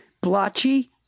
blotchy